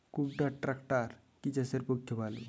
কুবটার ট্রাকটার কি চাষের পক্ষে ভালো?